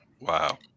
Wow